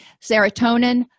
serotonin